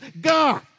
God